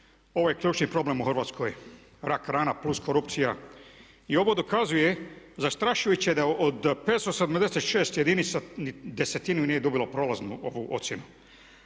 ovo je ključni problem u Hrvatskoj rak rana plus korupcija. I ovo dokazuje zastrašujuće da od 576 jedinica desetina nije dobila prolaznu ocjenu.